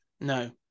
No